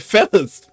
Fellas